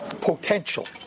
potential